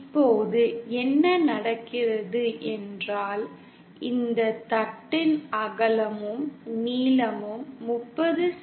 இப்போது என்ன நடக்கிறது என்றால் இந்த தட்டின் அகலமும் நீளமும் 30 செ